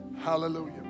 Hallelujah